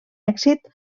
èxit